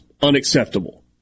unacceptable